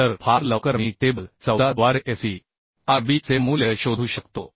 तर फार लवकर मी टेबल 14 द्वारे f c r b चे मूल्य शोधू शकतो